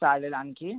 चालेल आणखी